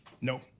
No